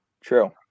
True